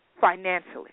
financially